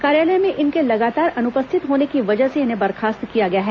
कार्यालय में इनके लगातार अनस्थित होने की वजह से इन्हें बर्खास्त किया गया है